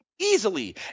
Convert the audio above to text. easily